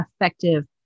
effective